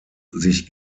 sich